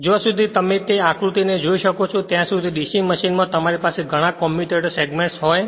જ્યાં સુધી તમે તે આકૃતિને જોઈ શકો છો ત્યાં સુધી DC મશીનમાં તમારી પાસે ઘણા સેગમેન્ટ્સ હોય